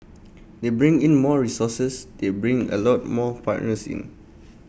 they bring in more resources they bring A lot more partners in